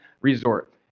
resort